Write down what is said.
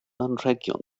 anrhegion